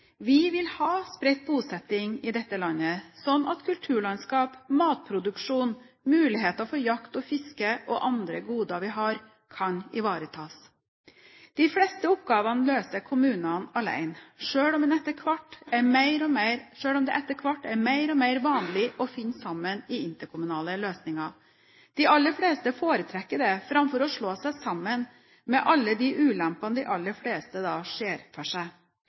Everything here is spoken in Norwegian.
Vi vil ha spredt bosetting i dette landet sånn at kulturlandskap, matproduksjon, muligheter for jakt og fiske og andre goder vi har, kan ivaretas. De fleste oppgavene løser kommunene alene, selv om det etter hvert er mer og mer vanlig å finne sammen i interkommunale løsninger. De aller fleste foretrekker det framfor å slå seg sammen, med alle de ulempene de aller fleste da ser for seg.